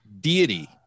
deity